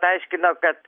aiškino kad